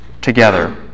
together